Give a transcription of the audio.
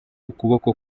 ukuboko